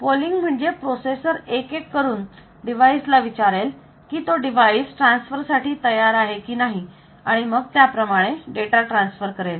polling म्हणजे processor एक एक करून डिवाइस ला विचारेल की तो डिवाइस ट्रान्सफर साठी तयार आहे की नाही आणि मग त्या प्रमाणे डेटा ट्रान्सफर होईल